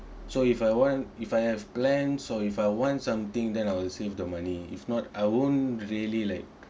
so if I want if I have plans or if I want something then I will save the money if not I won't really like